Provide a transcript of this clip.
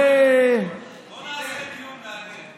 בוא נעשה דיון מעניין.